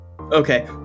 Okay